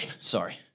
sorry